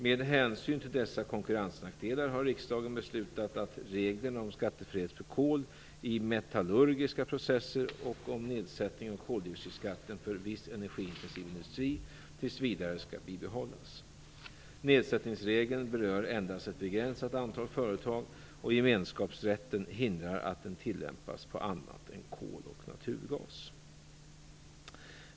Med hänsyn till dessa konkurrensnackdelar har riksdagen beslutat att reglerna om skattefrihet för kol i metallurgiska processer och för nedsättning av koldioxidskatten för viss energiintensiv industri tills vidare skall bibehållas. Nedsättningsregeln berör endast ett begränsat antal företag, och gemenskapsrätten hindrar att den tillämpas på annat än kol och naturgas.